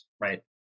right